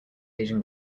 asian